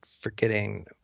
forgetting